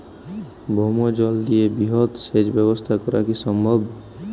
ভৌমজল দিয়ে বৃহৎ সেচ ব্যবস্থা করা কি সম্ভব?